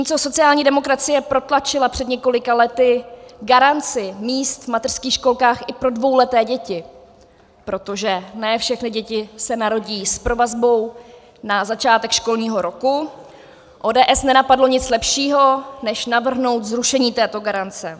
Zatímco sociální demokracie protlačila před několika lety garanci míst v mateřských školkách i pro dvouleté děti, protože ne všechny děti se narodí s provazbou na začátek školního roku, ODS nenapadlo nic lepšího, než navrhnout zrušení této garance.